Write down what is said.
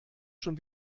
schon